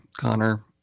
Connor